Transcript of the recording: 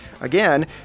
Again